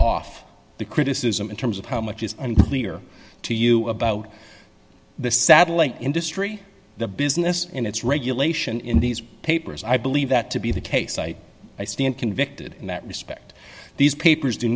off the criticism in terms of how much is unclear to you about the satellite industry the business in its regulation in these papers i believe that to be the case i stand convicted in that respect these